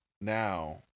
now